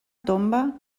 tomba